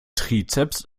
trizeps